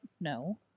no